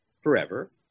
forever